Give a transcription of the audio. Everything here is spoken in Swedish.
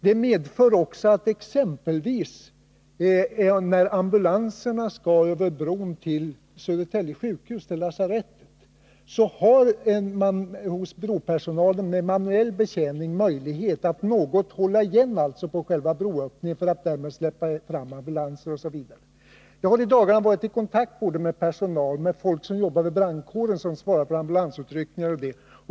Det finns också möjligheter, t.ex. när ambulanser skall över bron på väg till Södertälje sjukhus, för bropersonalen vid manuell betjäning att något hålla igen på själva broöppningen för att släppa fram utryckningsfordon. Jag har i dagarna varit i kontakt med personal vid brandkåren som bl.a. svarar för ambulansutryckningar.